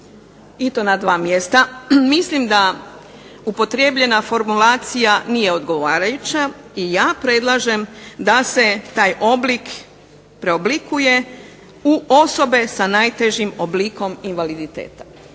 i to na dva mjesta. Mislim da upotrijebljena formulacija nije odgovarajuća, i ja predlažem da se taj oblik preoblikuje u osobe sa najtežim oblikom invaliditeta.